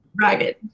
ragged